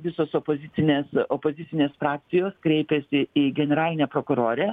visos opozicinės opozicinės frakcijos kreipėsi į generalinę prokurorę